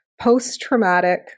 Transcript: post-traumatic